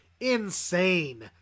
insane